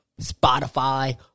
Spotify